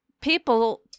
people